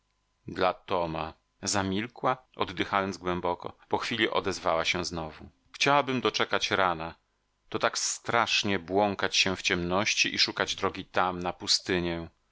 sama dla toma zamilkła oddychając głęboko po chwili odezwała się znowu chciałabym doczekać rana to tak strasznie błąkać się w ciemności i szukać drogi tam na pustynię